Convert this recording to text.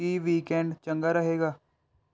ਕੀ weekend ਚੰਗਾ ਰਹੇਗਾ